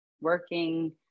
working